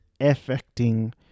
affecting